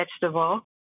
vegetable